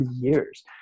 years